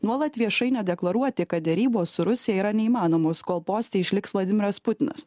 nuolat viešai nedeklaruoti kad derybos su rusija yra neįmanomos kol poste išliks vladimiras putinas